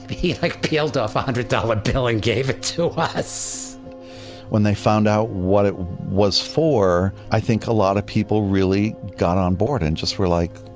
but he like peeled off a hundred dollar bill, and gave it to us when they found out what it was for, i think a lot of people really got on board and just were like,